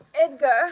edgar